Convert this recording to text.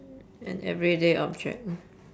an everyday object